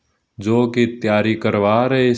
ਪੁਰਾਣੀਆਂ ਮੂਰਤਾਂ